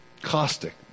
caustic